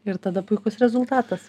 ir tada puikus rezultatas